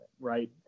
right